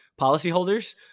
policyholders